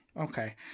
Okay